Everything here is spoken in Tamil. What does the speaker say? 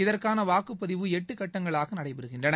இதற்கான வாக்குப் பதிவு எட்டு கட்டங்களாக நடைபெறுகின்றன